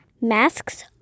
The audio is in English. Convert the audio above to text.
Masks